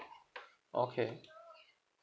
okay